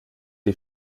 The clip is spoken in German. die